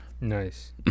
Nice